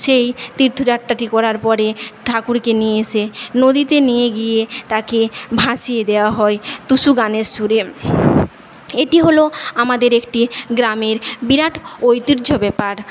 সেই তীর্থযাত্রাটি করার পরে ঠাকুরকে নিয়ে এসে নদীতে নিয়ে গিয়ে তাকে ভাসিয়ে দেওয়া হয় টুসু গানের সুরে এটি হল আমাদের একটি গ্রামের বিরাট ঐতিহ্য ব্যাপার